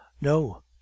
No